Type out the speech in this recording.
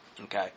okay